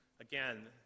again